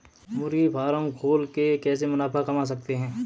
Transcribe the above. मुर्गी फार्म खोल के कैसे मुनाफा कमा सकते हैं?